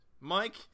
Mike